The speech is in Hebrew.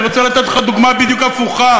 אני רוצה לתת לך דוגמה בדיוק הפוכה,